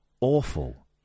Awful